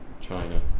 China